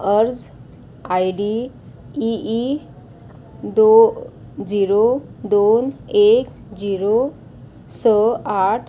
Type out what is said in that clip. अर्ज I D E E दो zero दोन एक झिरो स आठ